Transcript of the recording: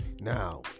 Now